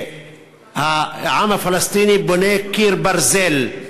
העם הפלסטיני בונה קיר ברזל,